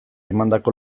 emandako